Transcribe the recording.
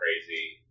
crazy